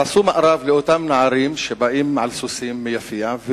אז הם עשו מארב לאותם נערים שבאים על סוסים מיפיע,